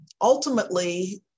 Ultimately